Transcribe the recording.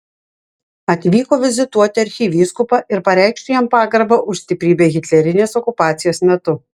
atvyko vizituoti arkivyskupą ir pareikšti jam pagarbą už stiprybę hitlerinės okupacijos metu